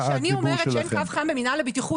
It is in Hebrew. כשאני אומרת שאין קו חם במינהל לבטיחות